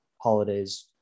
holidays